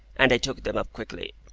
and i took them up quickly.